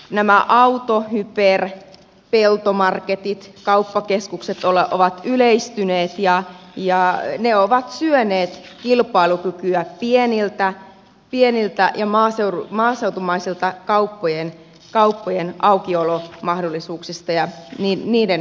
nämä auto hyper peltomarketit kauppakeskukset ovat yleistyneet ja ne ovat syöneet kilpailukykyä pienten ja maaseutumaisten kauppojen aukiolomahdollisuuksista ja niiden kustannuksista